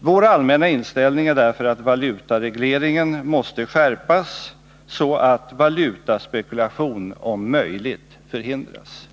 Vår allmänna inställning är därför att valutaregleringen måste skärpas, så att valutaspekulation om möjligt förhindras.